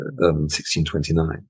1629